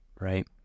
right